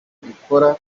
ikora